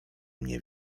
mnie